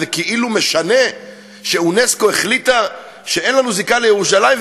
וזה כאילו משנה שאונסק"ו החליטה שאין לנו זיקה לירושלים,